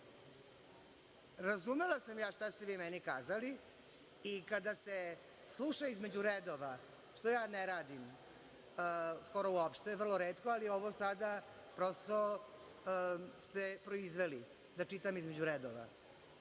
očima. Razumela sam ja šta ste vi meni kazali. I, kada se sluša između redova, što ja ne radim skoro uopšte, vrlo retko, ali ovo sada prosto ste proizveli da čitam između redova,